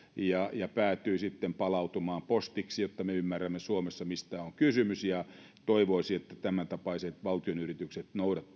ja ja päätyi sitten palautumaan postiksi jotta me ymmärrämme suomessa mistä on kysymys ja toivoisi että tämäntapaiset valtionyritykset